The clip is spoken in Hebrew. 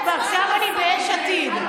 הערת הביניים נשמעה.